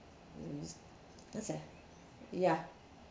mm does it yeah